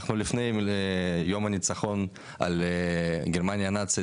אנחנו לפני יום הניצחון על גרמניה הנאצית,